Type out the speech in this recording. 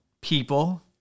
people